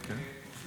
נכנס